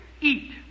eat